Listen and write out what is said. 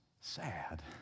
sad